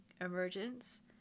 emergence